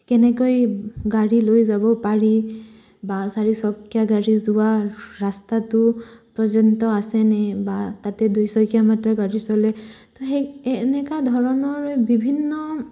কেনেকৈ গাড়ী লৈ যাব পাৰি বা চাৰিচকীয়া গাড়ী যোৱা ৰাস্তাটো পৰ্যন্ত আছেনে বা তাতে দুই চকীয়া গাড়ী চলে তো সেই এনেকা ধৰণৰ বিভিন্ন